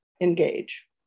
engage